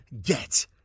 get